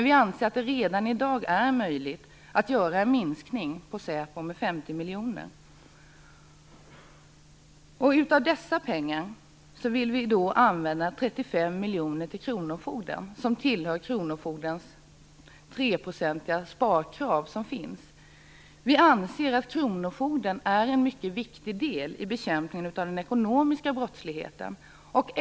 Vi anser att det redan i dag är möjligt att göra en minskning på Säpo med 50 miljoner. Av dessa pengar vill vi använda 35 miljoner till kronofogden. Det finns ett 3-procentigt sparkrav på kronofogden. Vi anser att kronofogden är en mycket viktig del i bekämpningen av den ekonomiska brottsligheten.